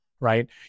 right